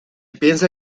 piensa